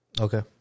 Okay